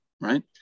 right